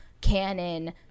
canon